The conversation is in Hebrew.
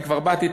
אני כבר באתי,